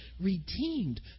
redeemed